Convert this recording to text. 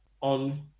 on